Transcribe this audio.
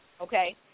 okay